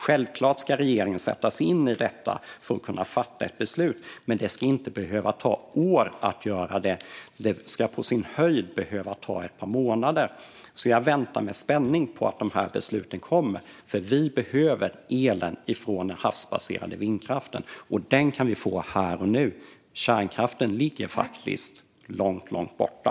Självklart ska regeringen sätta sig in i detta för att kunna fatta ett beslut, men det ska inte behöva ta år att göra det; det ska på sin höjd behöva ta ett par månader. Jag väntar alltså med spänning på att de här besluten kommer, för vi behöver elen från den havsbaserade vindkraften. Den kan vi få här och nu, medan kärnkraften faktiskt ligger långt borta.